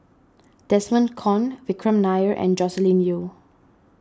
Desmond Kon Vikram Nair and Joscelin Yeo